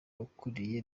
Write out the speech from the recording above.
ukuriye